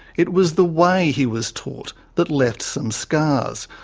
it was the way he was taught that left some scars.